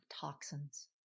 toxins